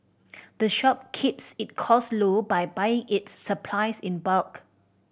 the shop keeps it cost low by buying its supplies in bulk